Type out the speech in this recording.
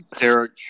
Eric